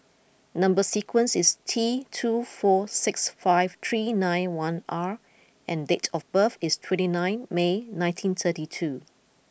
number sequence is T two four six five three nine one R and date of birth is twenty nine May nineteen thirty two